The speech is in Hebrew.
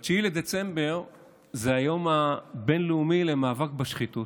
9 בדצמבר הוא היום הבין-לאומי למאבק בשחיתות.